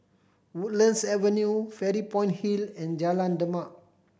Woodlands Avenue Fairy Point Hill and Jalan Demak